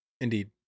Indeed